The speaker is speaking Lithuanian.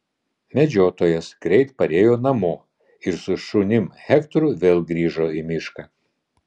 medžiotojas greit parėjo namo ir su šunim hektoru vėl grįžo į mišką